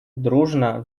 дружно